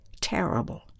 terrible